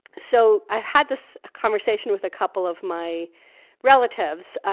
so i had this conversation with a couple of my relatives,